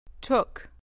took